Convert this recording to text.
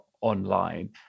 online